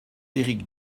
éric